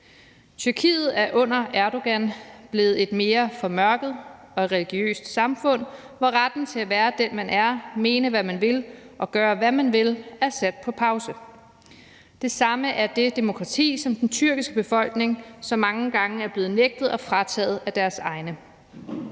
Tyrkiet er under Erdogan blevet et mere formørket og religiøst samfund, hvor retten til at være den, man er, mene, hvad man vil, og gøre, hvad man vil, er sat på pause. Det samme er det demokrati, som den tyrkiske befolkning så mange gange er blevet nægtet og frataget af deres egne.